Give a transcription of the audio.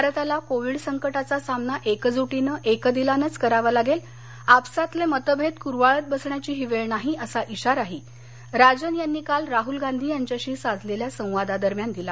भारताला कोविड संकटाचा सामना एकजुटीनं एकदिलानंच करावा लागेलआपसातले मतभेद कुरवाळत बसण्याची ही वेळ नाही असा इशाराही राजन यांनी काल राहुल गांधी यांच्याशी साधलेल्या संवादा दरम्यान दिला